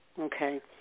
Okay